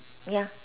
ya